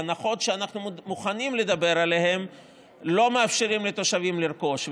ההנחות שאנחנו מוכנים לדבר עליהן לא מאפשרות לתושבים לרכוש,